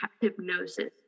hypnosis